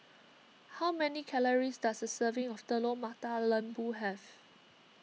how many calories does a serving of Telur Mata Lembu have